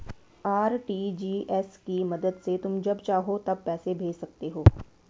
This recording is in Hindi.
आर.टी.जी.एस की मदद से तुम जब चाहो तब पैसे भेज सकते हो